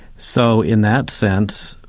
so in that sense,